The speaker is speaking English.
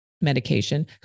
medication